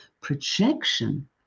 projection